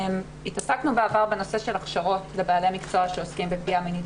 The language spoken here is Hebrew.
התעסקנו בעבר בנושא של הכשרות לבעלי מקצוע שעוסקים בפגיעה מינית,